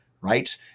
right